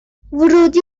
ورودی